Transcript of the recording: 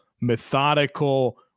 methodical